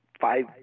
five